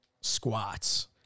squats